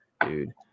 dude